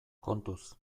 kontuz